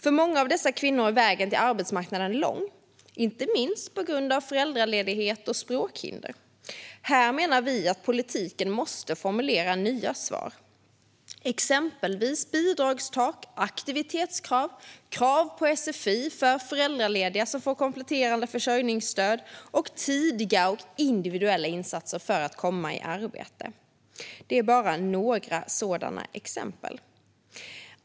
För många av dessa kvinnor är vägen till arbetsmarknaden lång, inte minst på grund av föräldraledighet och språkhinder. Här menar vi att politiken måste formulera nya svar, exempelvis bidragstak, aktivitetskrav, krav på sfi för föräldralediga som får kompletterande försörjningsstöd och tidiga och individuella insatser för att komma i arbete. Det är bara några exempel.